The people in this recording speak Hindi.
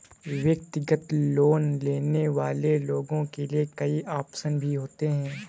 व्यक्तिगत लोन लेने वाले लोगों के लिये कई आप्शन भी होते हैं